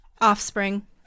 Offspring